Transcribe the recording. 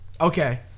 okay